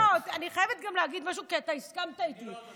לא, אני חייבת גם להגיד משהו, כי אתה הסכמת איתי.